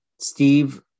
Steve